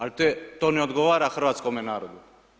Al to ne odgovara hrvatskome narodu.